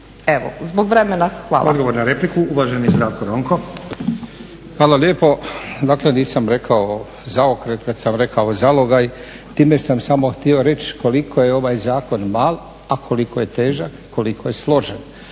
Evo zbog vremena, hvala.